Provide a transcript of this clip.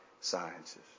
sciences